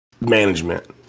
management